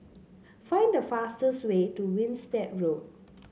find the fastest way to Winstedt Road